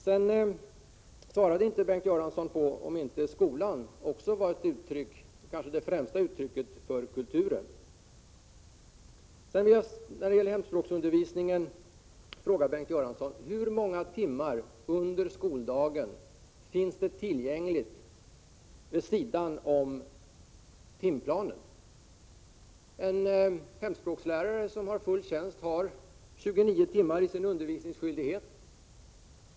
Bengt Göransson svarade inte heller på om skolan också är ett uttryck — kanske det främsta uttrycket — för kulturen. När det gäller hemspråksundervisningen frågar Bengt Göransson hur många timmar som under skoldagen finns tillgängliga vid sidan av timplanen. En hemspråkslärare som har full tjänst har 29 timmar i sin undervisningsskyldighet.